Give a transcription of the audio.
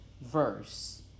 verse